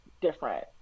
different